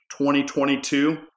2022